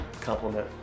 compliment